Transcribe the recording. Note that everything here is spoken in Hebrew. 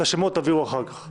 את השמות תביאו אחר כך.